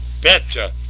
better